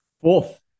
Fourth